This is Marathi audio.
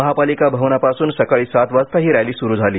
महापालिका भवनापासून सकाळी सात वाजता ही रॅली सुरू झाली